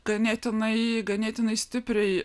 ganėtinai ganėtinai stipriai